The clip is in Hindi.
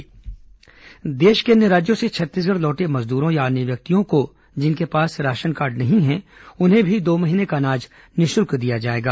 प्रवासी खाद्य मित्र देश के अन्य राज्यों से छत्तीसगढ़ लौटे मजदूरों या अन्य व्यक्तियों को जिनके पास राशन कार्ड नहीं हैं उन्हें भी दो महीने का अनाज निःशुल्क दिया जाएगा